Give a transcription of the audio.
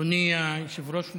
אדוני היושב-ראש,